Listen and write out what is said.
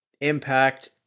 Impact